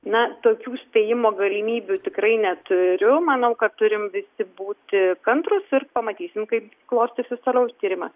na tokių spėjimo galimybių tikrai neturiu manau kad turim visi būti kantrūs ir pamatysim kaip klostysis toliau tyrimas